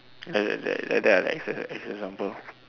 that that like that ah as as an example